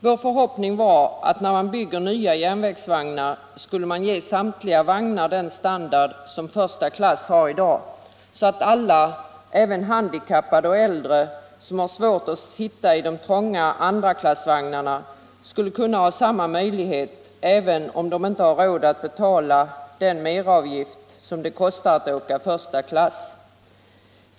Vår förhoppning var att man när man bygger nya järnvägsvagnar skulle ge samtliga vagnar den standard som första klass i dag har, så att alla — även handikappade och äldre som har svårt att sitta i de trånga andraklassvagnarna —- skulle få samma möjlighet, även om de inte har råd att betala den meravgift som det kostar att åka första klass.